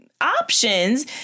options